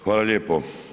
Hvala lijepo.